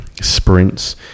sprints